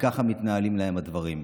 וככה מתנהלים להם הדברים.